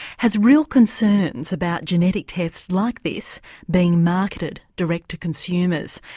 has real concerns about genetic tests like this being marketed direct to consumers.